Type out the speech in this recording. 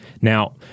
Now